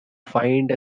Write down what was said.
find